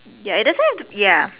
ya it doesn't ya